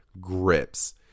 grips